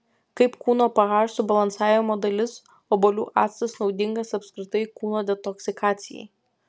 kaip kūno ph subalansavimo dalis obuolių actas naudingas apskritai kūno detoksikacijai